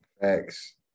Thanks